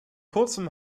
kurzem